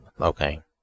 okay